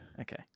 okay